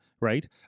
Right